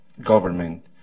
government